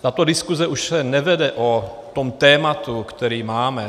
Tato diskuze už se nevede o tom tématu, které máme.